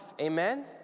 Amen